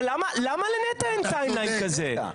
אבל למה לנת"ע אין Timeline כזה?